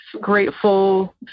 grateful